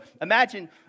imagine